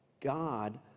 God